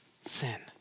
Sin